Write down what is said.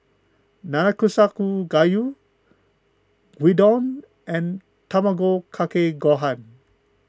Nanakusa Gayu Gyudon and Tamago Kake Gohan